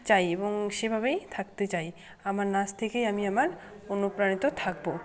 চাই এবং সেভাবেই থাকতে চাই আমার নাচ থেকেই আমি আমার অনুপ্রাণিত থাকবো